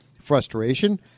frustration